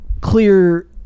clear